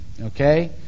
Okay